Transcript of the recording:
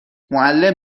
معلم